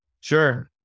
Sure